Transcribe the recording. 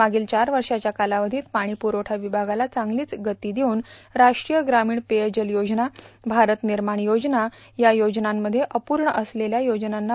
मागील चार वर्षाच्या कालावधीत पाणी पुरवळ विभागाला चांगलीच गती देऊन राष्ट्रीय ग्रामीण पेयजल योजना भारत विर्माण योजना या योजनांमध्ये अपूर्ण असलेल्या योजनांना पूर्ण करण्यावर भर दिला